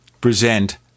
present